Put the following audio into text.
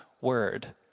word